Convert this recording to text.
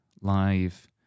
live